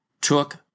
took